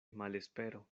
malespero